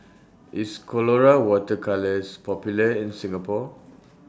IS Colora Water Colours Popular in Singapore